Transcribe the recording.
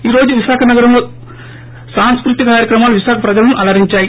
ఈ రోజు విశాఖ సాగర తీరంలో సాంస్కుతిక కార్యక్రమాలు విశాఖ ప్రజలను అలరించాయి